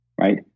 right